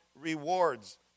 rewards